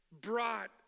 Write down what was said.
brought